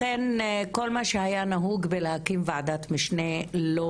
לכן הנוהג להקים ועדת משנה לא